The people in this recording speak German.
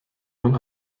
man